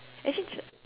actually